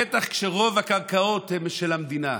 בטח כשרוב הקרקעות הן של המדינה.